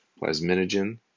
plasminogen